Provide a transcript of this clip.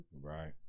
right